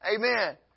Amen